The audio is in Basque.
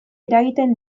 eragiten